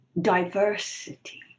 diversity